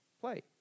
Play